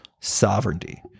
sovereignty